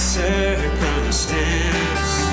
circumstance